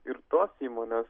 ir tos įmonės